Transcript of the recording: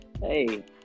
Hey